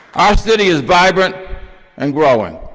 our city is vibrant and growing,